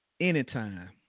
anytime